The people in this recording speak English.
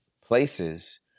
places